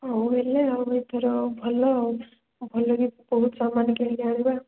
ହଉ ହେଲେ ଆଉ ଏଥର ଭଲ ଆଉ ଭଲ ବି ବହୁତ ସାମାନ କିଣିକି ଆଣିବା